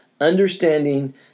understanding